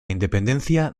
independencia